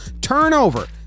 Turnover